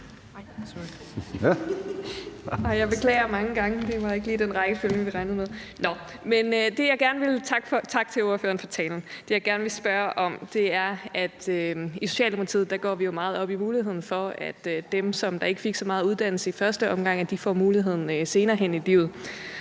Jeg beklager mange gange. Det var ikke lige den rækkefølge, vi regnede med. Men tak til ordføreren for talen. Det, jeg gerne vil spørge om, handler om, at vi i Socialdemokratiet jo går meget op i muligheden for, at dem, som ikke fik så meget uddannelse i første omgang, får muligheden senere hen i livet.